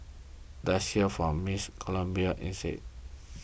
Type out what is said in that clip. let's hear from Miss Colombia instead